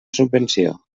subvenció